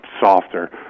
softer